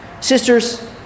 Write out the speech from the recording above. Sisters